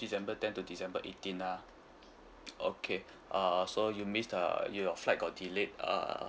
december tenth to december eighteen lah okay uh so you miss uh your flight got delayed uh